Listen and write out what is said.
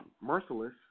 Merciless